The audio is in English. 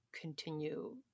continue